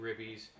ribbies